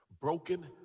Broken